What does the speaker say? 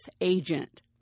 agent